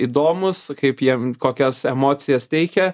įdomus kaip jiem kokias emocijas teikia